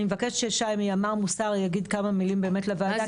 אני מבקשת ששי מימ"ר מוסר יגיד כמה מילים באמת לוועדה.